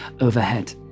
overhead